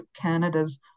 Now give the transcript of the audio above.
Canada's